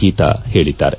ಗೀತಾ ಹೇಳಿದ್ದಾರೆ